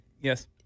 yes